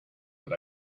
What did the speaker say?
what